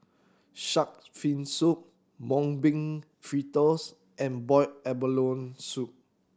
Shark's Fin Soup Mung Bean Fritters and boiled abalone soup